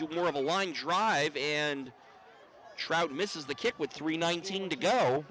do more of a line drive in trout misses the kick with three nineteen to g